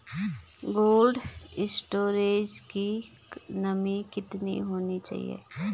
Cold storage की नमी कितनी होनी चाहिए?